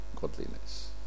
godliness